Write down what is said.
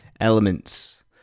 elements